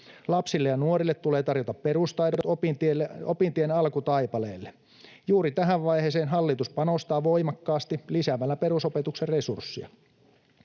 Lapsille ja nuorille tulee tarjota perustaidot opintien alkutaipaleelle. Juuri tähän vaiheeseen hallitus panostaa voimakkaasti lisäämällä perusopetuksen resurssia.